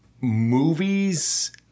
Movies